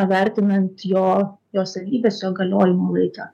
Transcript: vertinant jo jo savybes jo galiojimo laiką